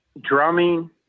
drumming